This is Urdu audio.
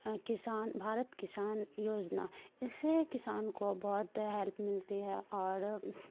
کسان بھارت کسان یوجنا اس سے کسان کو بہت ہیلپ ملتی ہے اور